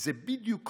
זה בדיוק.